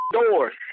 doors